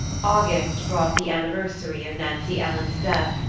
august brought the anniversary of nancy ellen's death,